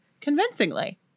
convincingly